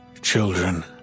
children